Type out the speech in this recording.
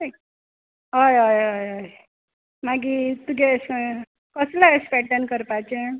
हय हय हय हय हय मागी तुगे स् कसले एस पॅटन करपाचे